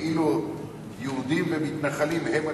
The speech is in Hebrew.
כאילו יהודים ומתנחלים הם התוקפים.